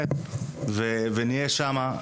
ונהיה שם,